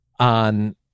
on